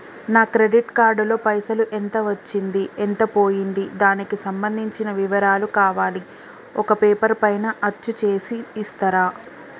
నా credit card లో పైసలు ఎంత వచ్చింది ఎంత పోయింది దానికి సంబంధించిన వివరాలు కావాలి ఒక పేపర్ పైన అచ్చు చేసి ఇస్తరా?